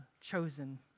chosen